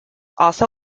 also